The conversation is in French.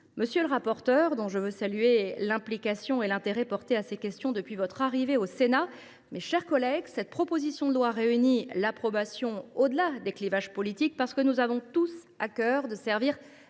monsieur le rapporteur – je veux saluer votre implication et l’intérêt que vous avez porté à ces questions depuis votre arrivée au Sénat –, mes chers collègues, cette proposition de loi reçoit notre approbation au delà des clivages politiques, parce que nous avons tous à cœur de servir